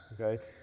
okay